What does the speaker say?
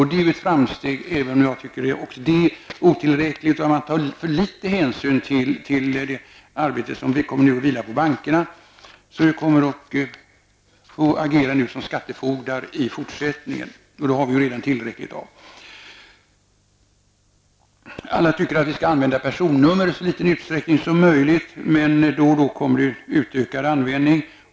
Det är ett framsteg även om jag tycker att det är otillräckligt och att man tar för litet hänsyn till det arbete som kommer att vila på bankerna, som kommer att få agera som skattefogdar i fortsättningen. Det har vi redan tillräckligt av. Alla tycker att vi skall använda personnummer i så liten utsträckning som möjligt. Då och då blir det fråga om utökad användning.